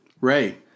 Ray